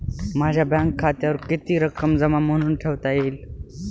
माझ्या बँक खात्यावर किती रक्कम जमा म्हणून ठेवता येईल?